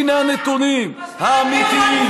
הינה הנתונים האמיתיים.